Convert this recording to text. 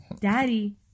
Daddy